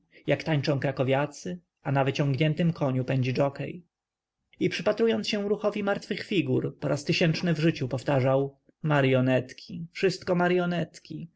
jak tańczą krakowiacy a na wyciągniętym koniu pędzi żokiej i przypatrując się ruchowi martwych figur po tysiączny raz w życiu powtarzał maryonetki wszystko maryonetki